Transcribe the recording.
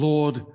Lord